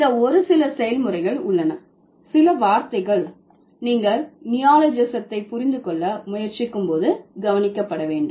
இந்த ஒரு சில செயல்முறைகள் உள்ளன சில வார்த்தைகள் நீங்கள் நியோலாஜிஸத்தை புரிந்து கொள்ள முயற்சிக்கும் போது கவனிக்க வேண்டும்